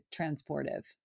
transportive